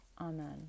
Amen